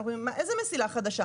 אנחנו אומרים: איזה מסילה חדשה?